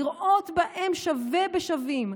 לראות בהם שווים בין שווים,